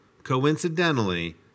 Coincidentally